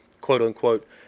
quote-unquote